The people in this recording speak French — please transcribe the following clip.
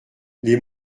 les